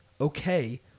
okay